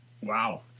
Wow